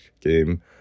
game